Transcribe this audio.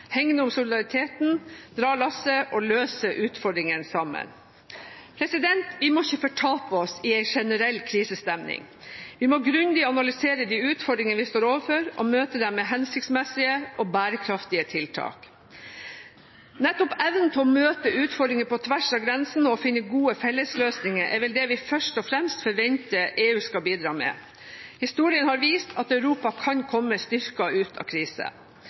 hegne om solidariteten, dra lasset og løse utfordringene sammen. Vi må ikke fortape oss i en generell krisestemning. Vi må grundig analysere de utfordringer vi står overfor, og møte dem med hensiktsmessige og bærekraftige tiltak. Nettopp evnen til å møte utfordringer på tvers av grensene og finne gode fellesløsninger er vel det vi først og fremst forventer at EU skal bidra med. Historien har vist at Europa kan komme styrket ut av